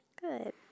Good